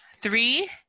Three